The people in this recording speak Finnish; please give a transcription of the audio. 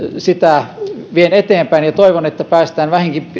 sitä vien eteenpäin ja toivon että päästään